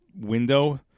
window